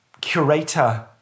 curator